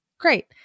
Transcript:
Great